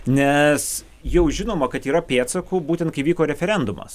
nes jau žinoma kad yra pėdsakų būtent kai vyko referendumas